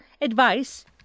Advice